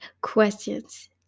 questions